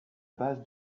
base